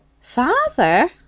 Father